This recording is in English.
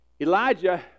Elijah